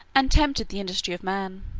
and tempted the industry of man.